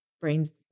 brains